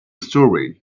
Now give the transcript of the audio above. story